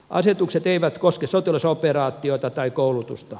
asetukset eivät koske sotilasoperaatioita tai koulutusta